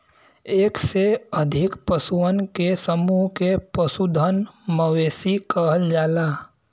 एक से अधिक पशुअन के समूह के पशुधन, मवेशी कहल जाला